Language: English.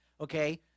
okay